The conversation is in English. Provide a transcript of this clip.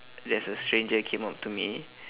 there's a stranger came up to me